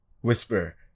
whisper